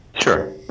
Sure